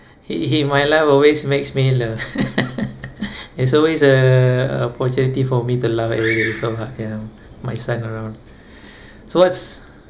he he my life always makes me laugh it's always a opportunity for me to laugh every day so hard ya my son around so what's